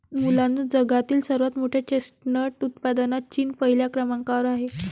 मुलांनो जगातील सर्वात मोठ्या चेस्टनट उत्पादनात चीन पहिल्या क्रमांकावर आहे